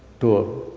tour.